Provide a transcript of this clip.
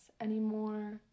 anymore